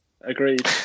Agreed